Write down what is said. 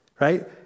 Right